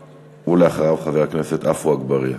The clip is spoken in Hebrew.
ואחריו, חבר הכנסת עפו אגבאריה.